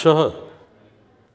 छह